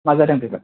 मा जादों बेबा